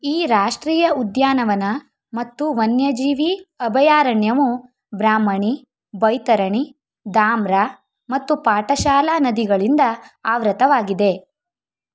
ಈ ರಾಷ್ಟ್ರೀಯ ಉದ್ಯಾನವನ ಮತ್ತು ವನ್ಯಜೀವಿ ಅಭಯಾರಣ್ಯವು ಬ್ರಾಹ್ಮಣಿ ಬೈತರಣಿ ದಾಮ್ರಾ ಮತ್ತು ಪಾಠಶಾಲಾ ನದಿಗಳಿಂದ ಆವೃತವಾಗಿದೆ